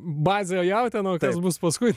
bazė jautienao kas bus paskui